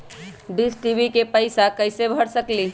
Dish TV के पैईसा कईसे भर सकली?